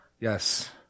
Yes